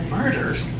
Murders